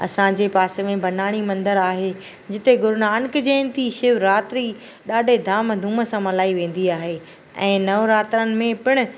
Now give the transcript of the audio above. असांजे पासे में बनाणी मंदरु आहे जिते गुरुनानक जयंती शिवरात्री ॾाढे धाम धूम सां मल्हाई वेंदी आहे ऐं नवरात्रनि में पिणु